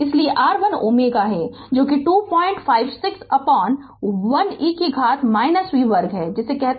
इसलिए R 1 Ω है जो कि 256 1 e कि घात v वर्ग है जिसे कहते हैं कि यह b वर्ग है